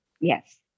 Yes